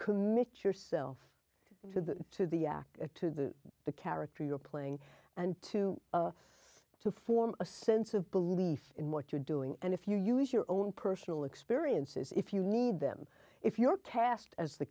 commit yourself to that to the act to the character you're playing and to to form a sense of belief in what you're doing and if you use your own personal experiences if you need them if you're cast as the